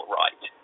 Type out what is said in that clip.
right